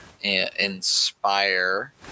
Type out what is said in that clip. inspire